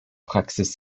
praxis